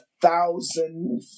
thousand